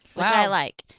but i like.